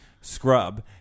scrub